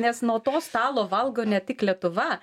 nes nuo to stalo valgo ne tik lietuva